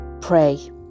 Pray